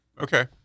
okay